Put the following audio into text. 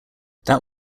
that